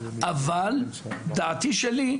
אבל דעתי שלי,